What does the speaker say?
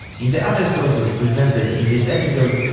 in the other sources presented in this episode,